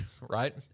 right